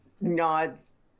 nods